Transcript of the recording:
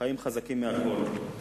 החיים חזקים מהכול.